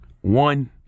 One